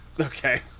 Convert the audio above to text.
Okay